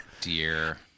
dear